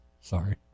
Sorry